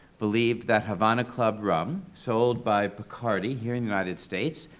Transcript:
believed that havana club rum, sold by bacardi here in the united states,